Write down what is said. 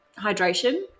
hydration